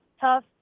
tough